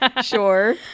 sure